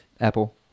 Apple